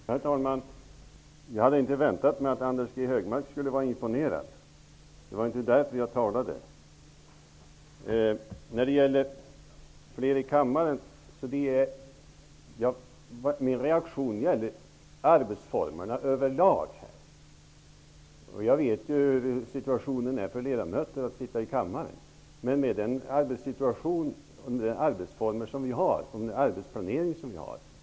Herr talman! Jag hade inte väntat mig att Anders G Högmark skulle vara imponerad. Det var inte därför jag talade. Det jag sade om antalet ledamöter i kammaren var en reaktion mot arbetsformerna överlag. Jag vet hur ledamöternas situation ser ut. Den här situationen uppstår genom de arbetsformer och den arbetsplanering som vi har.